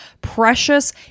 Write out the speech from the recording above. precious